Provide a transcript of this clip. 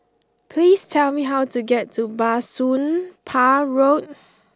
please tell me how to get to Bah Soon Pah Road